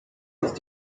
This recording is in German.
ist